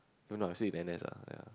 don't know I still in N_S ah ya